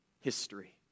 history